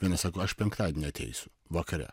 vieni sako aš penktadienį ateisiu vakare